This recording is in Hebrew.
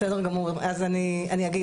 בסדר גמור, אז אני אגיד.